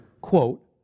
quote